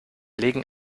legen